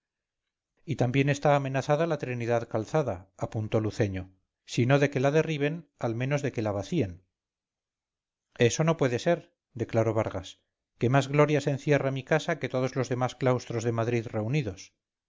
y también está amenazada la trinidad calzada apuntó luceño si no de que la derriben al menos de que la vacíen eso no puede ser declaró vargas que más glorias encierra mi casa que todos los demás claustros de madrid reunidos